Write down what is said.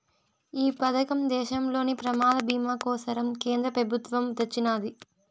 ఈ పదకం దేశంలోని ప్రమాద బీమా కోసరం కేంద్ర పెబుత్వమ్ తెచ్చిన్నాది